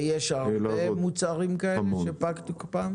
יש הרבה מוצרים כאלה שפג תוקפם?